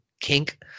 kink